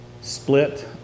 split